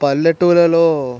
పల్లెటూర్లలో